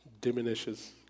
Diminishes